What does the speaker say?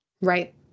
Right